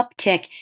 uptick